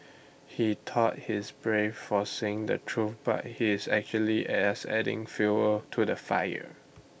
he thought he's brave for saying the truth but he's actually as adding fuel to the fire